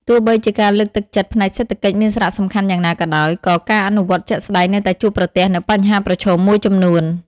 ទោះបីជាការលើកទឹកចិត្តផ្នែកសេដ្ឋកិច្ចមានសារៈសំខាន់យ៉ាងណាក៏ដោយ ក៏ការអនុវត្តជាក់ស្តែងនៅតែជួបប្រទះនូវបញ្ហាប្រឈមមួយចំនួន។